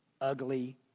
Ugly